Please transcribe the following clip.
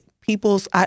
people's